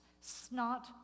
snot